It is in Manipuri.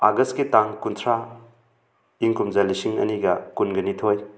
ꯑꯥꯒꯁꯀꯤ ꯇꯥꯡ ꯀꯨꯟꯊ꯭ꯔꯥ ꯏꯪ ꯀꯨꯝꯖꯥ ꯂꯤꯁꯤꯡ ꯑꯅꯤꯒ ꯀꯨꯟꯒꯅꯤꯊꯣꯏ